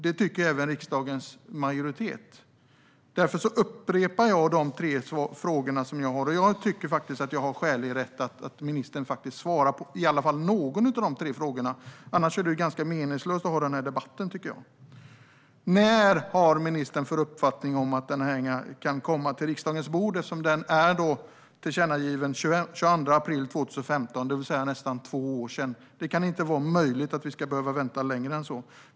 Det tycker även riksdagens majoritet. Därför upprepar jag mina frågor och tycker att det är skäligt att ministern i alla fall svarar på någon av de tre frågorna. Annars är det ju ganska meningslöst att ha den här debatten, tycker jag. När, enligt ministerns uppfattning, kan detta komma till riksdagens bord? Tillkännagivandet gjordes den 22 april 2015, det vill säga för nästan två år sedan. Det kan inte vara möjligt att vi ska behöva vänta så mycket längre än så.